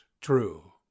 True